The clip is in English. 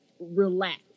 relax